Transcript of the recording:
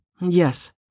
Yes